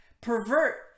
pervert